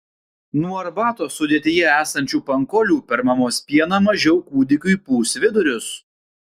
nuo arbatos sudėtyje esančių pankolių per mamos pieną mažiau kūdikiui pūs vidurius